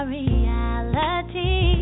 reality